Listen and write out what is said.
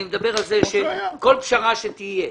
אני מדבר על כך שכל פשרה שתהיה,